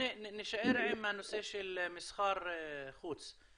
נישאר עם הנושא של מסחר חוץ,